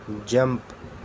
jump